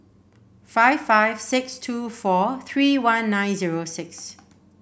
five five six two four three one nine zero six